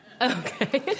Okay